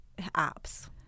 apps